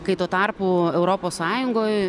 kai tuo tarpu europos sąjungoj